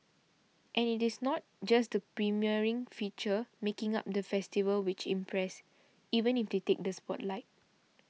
and it is not just the premiering features making up the festival which impress even if they take the spotlight